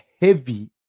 heavy